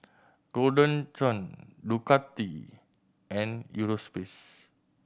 Golden Churn Ducati and Eurospace